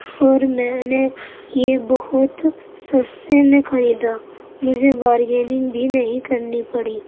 اور میں نے یہ بہت سستے میں خریدا مجھے بارگیننگ بھی نہیں کرنی پڑی